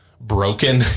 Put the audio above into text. broken